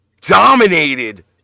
dominated